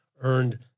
earned